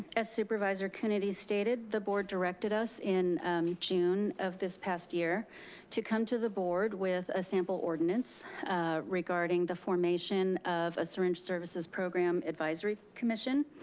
as supervisor coonerty stated, the board directed us in june of this past year to come to the board with a sample ordinance regarding the formation of a syringe services program advisory commission.